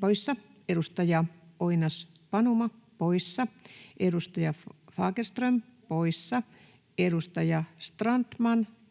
poissa, edustaja Oinas-Panuma poissa, edustaja Fagerström poissa, edustaja Strandman poissa,